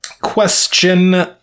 Question